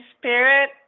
spirit